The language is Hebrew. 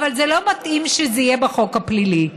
אבל זה לא מתאים שזה יהיה בחוק הפלילי.